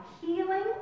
healing